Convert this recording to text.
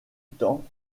temps